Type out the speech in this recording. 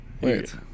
Wait